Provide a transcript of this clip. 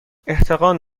احتقان